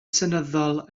seneddol